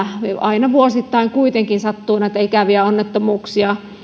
aina vuosittain kuitenkin sattuu näitä ikäviä onnettomuuksia